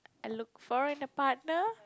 I look for in a partner